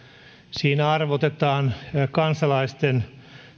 siinä arvotetaan kansalaisten